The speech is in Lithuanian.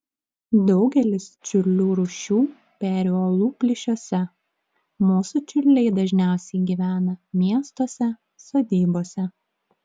daugelis čiurlių rūšių peri uolų plyšiuose mūsų čiurliai dažniausiai gyvena miestuose sodybose